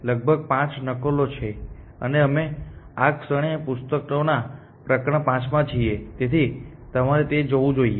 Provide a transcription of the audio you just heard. લગભગ 5 નકલો છે અને અમે આ ક્ષણે આ પુસ્તકોના પ્રકરણ 5 માં છીએ તેથી તમારે તે જોવું જોઈએ